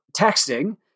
texting